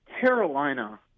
Carolina